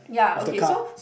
of the car